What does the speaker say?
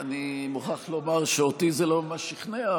אני מוכרח לומר שאותי זה לא ממש שכנע,